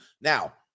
Now